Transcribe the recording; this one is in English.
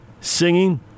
singing